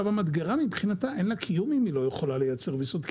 למדגרה מבחינתה אין קיום אם היא לא יכולה לייצר ויסות,